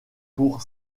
pour